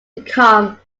become